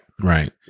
Right